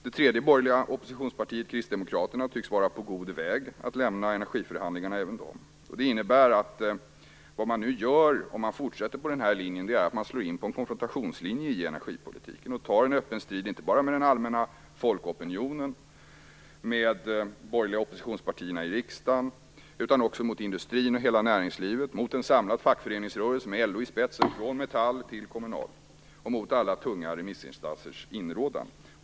Det tredje oppositionspartiet, Kristdemokraterna, tycks även de vara på god väg att lämna energiförhandlingarna. Det innebär att när man fortsätter på den här vägen slår man in på en konfrontationslinje i energipolitiken. Man tar en öppen strid inte bara med den allmänna folkopinionen och med de borgerliga oppositionspartierna i riksdagen, utan också med industrin, med hela näringslivet och med en samlad fackföreningsrörelse med LO i spetsen, från Metall till Kommunal. Man gör det mot alla tunga remissinstansers inrådan.